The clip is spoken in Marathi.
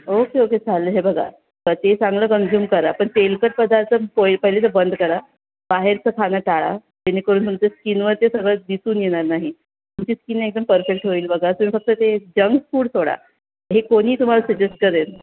ओके ओके चालेल हे बघा प ते चांगलं कंझ्युम करा पण तेलकट पदार्थ पोये पहिले तर बंद करा बाहेरचं खाणं टाळा जेणेकरून तुमच्या स्कीनवर ते सगळं दिसून येणार नाही तुमची स्कीन ना एकदम पर्फेक्ट होईल बघा तुम्ही फक्त ते जंक फूड सोडा हे कोणीही तुम्हाला सजेस्ट करेल